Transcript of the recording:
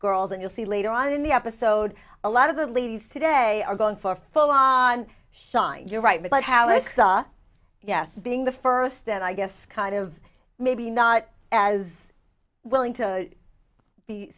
girls and you'll see later on in the episode a lot of the at least today are going for full on shine you're right but how is yes being the first then i guess kind of maybe not as willing to be